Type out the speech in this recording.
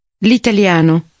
L'italiano